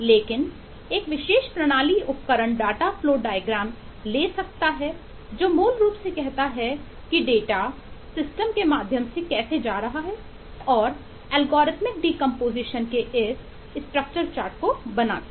लेकिन एक विशेषज्ञ प्रणाली उपकरण डाटा फ्लो डायग्राम को बनाते हैं